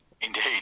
Indeed